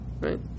right